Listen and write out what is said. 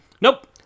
Nope